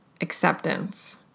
acceptance